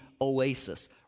Oasis